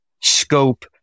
scope